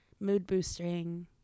mood-boosting